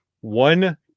One